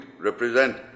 represent